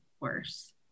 worse